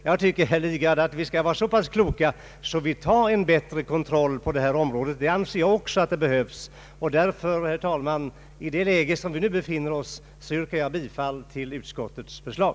Jag anser också, herr Lidgard, att vi skall vara så kloka att vi beslutar om en bättre kontroll på detta område. I det läge där vi nu befinner oss yrkar jag, herr talman, bifall till utskottets förslag.